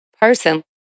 person